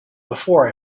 before